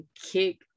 kick